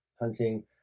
hunting